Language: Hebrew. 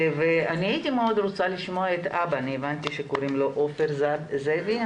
הייתי מאוד רוצה לשמוע את האבא עופר זאבי,